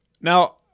Now